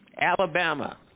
Alabama